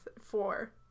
four